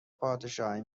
پادشاهی